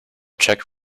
czech